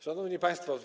Szanowni Państwo!